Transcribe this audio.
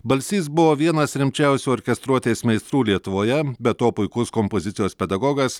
balsys buvo vienas rimčiausių orkestruotės meistrų lietuvoje be to puikus kompozicijos pedagogas